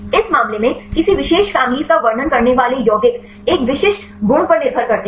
इस मामले में किसी विशेष फैमिलीज़ का वर्णन करने वाले यौगिक एक विशिष्ट गुण पर निर्भर करते हैं